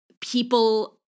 people